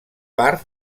part